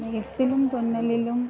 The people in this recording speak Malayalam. നെയ്ത്തിലും തുന്നലിലും